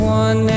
one